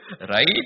Right